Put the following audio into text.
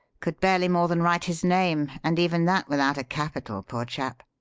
could barely more than write his name, and even that without a capital, poor chap.